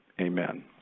amen